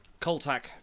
Coltac